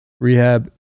Rehab